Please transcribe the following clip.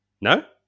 No